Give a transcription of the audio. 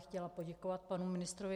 Chtěla bych poděkovat panu ministrovi.